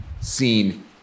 seen